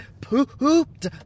pooped